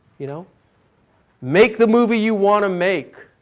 you know make the movie you want to make,